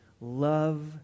Love